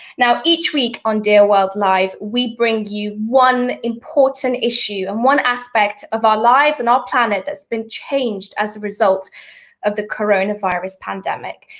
now, each week on dearworld live, we bring you one important issue and one aspect of our lives and our planet, that's been changed as result of the coronavirus pandemic.